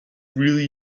really